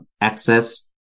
access